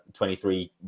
23